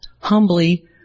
humbly